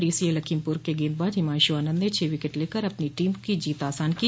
DCA Lakhimpur के गेंदबाज हिमांशु आनन्द ने छह विकेट लेकर अपनी टीम की जीत आसान की